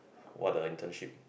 what the internship